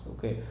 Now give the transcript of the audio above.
Okay